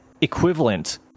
equivalent